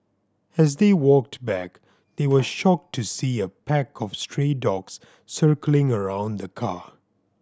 as they walked back they were shocked to see a pack of stray dogs circling around the car